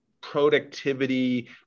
productivity